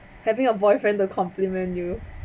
having a boyfriend that compliment you